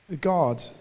God